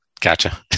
Gotcha